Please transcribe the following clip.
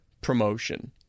promotion